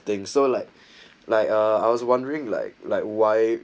think so like like uh I was wondering like like why